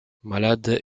malade